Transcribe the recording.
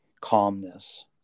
calmness